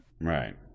Right